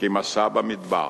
כמסע במדבר,